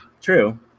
True